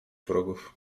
wrogów